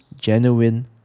Genuine